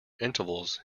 intervals